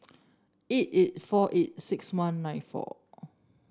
eight eight four eight six one nine four